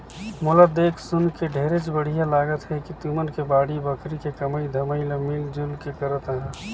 मोला देख सुनके ढेरेच बड़िहा लागत हे कि तुमन के बाड़ी बखरी के कमई धमई ल मिल जुल के करत अहा